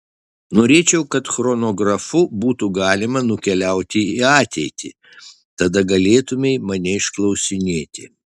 norėčiau kad chronografu būtų galima nukeliauti į ateitį tada galėtumei mane išklausinėti